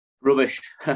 Rubbish